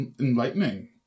enlightening